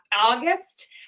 August